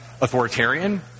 authoritarian